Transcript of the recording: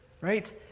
right